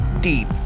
deep